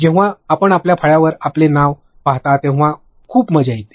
जेव्हा आपण त्या फळावर आपले नाव वर जाताना पाहता तेव्हा खूप मजा येते